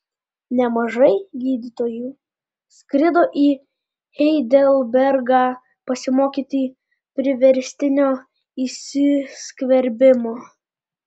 nemažai gydytojų skrido į heidelbergą pasimokyti priverstinio įsiskverbimo